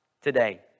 today